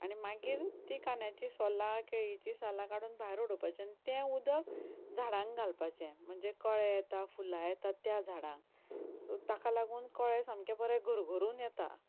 आनी मागीर तीं कांद्याचीं सोलां केळींचीं सोलां काडून भायर उडोवपाचीं आनी तें उदक झाडांक घालपाचें म्हणजे कळे येता फुलां येता त्या झाडांक सो ताका लागून कळे सामके बरे घरघरून येता